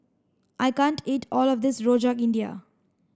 I can't eat all of this Rojak India